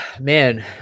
man